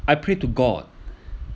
I pray to god